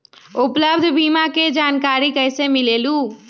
उपलब्ध बीमा के जानकारी कैसे मिलेलु?